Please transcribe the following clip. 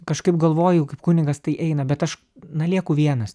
kažkaip galvoju kad kunigas tai eina bet aš na lieku vienas